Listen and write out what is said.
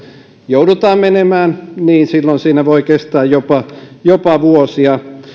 joudutaan menemään silloin siinä voi kestää jopa jopa vuosia